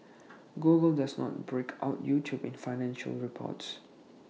Google does not break out YouTube in financial reports